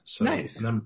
Nice